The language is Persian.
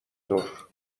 طور